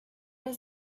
does